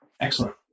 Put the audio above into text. Excellent